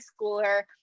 schooler